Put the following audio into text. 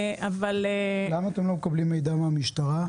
אבל --- למה אתם לא מקבלים מידע מהמשטרה?